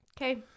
Okay